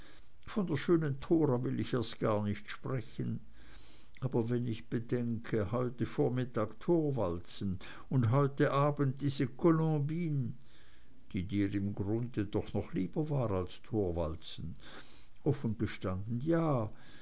von der schönen thora will ich gar nicht erst sprechen aber wenn ich bedenke heute vormittag thorwaldsen und heute abend diese colombine die dir im grunde doch noch lieber war als thorwaldsen offen gestanden ja